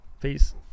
Peace